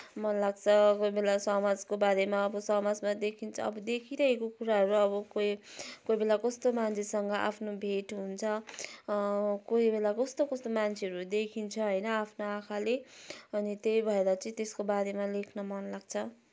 मनलाग्छ कोही बेला समाजको बारेमा अब समाजमा देखिन्छ अब देखिरहेको कुराहरू र अब कोही कोही बेला कस्तो मान्छेसँग आफ्नो भेट हुन्छ कोही बेला कस्तो कस्तो मान्छेहरू देखिन्छ होइन आफ्नो आँखाले अनि त्यही भएर चाहिँ त्यसको बारेमा लेख्न मनलाग्छ